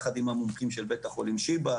יחד עם המומחים של בית החולים שיבא,